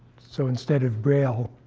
so instead of braille,